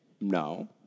No